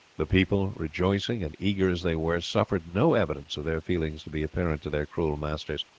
the people, rejoicing and eager as they were suffered no evidence of their feelings to be apparent to their cruel masters,